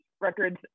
records